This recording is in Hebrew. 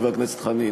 חבר הכנסת חנין.